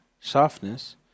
softness